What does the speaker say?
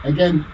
Again